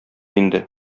инде